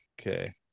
Okay